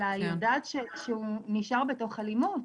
אלא היא יודעת שהוא נשאר בתוך אלימות.